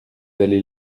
allez